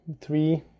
three